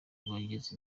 kubageza